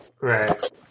Right